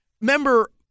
Remember